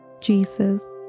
Jesus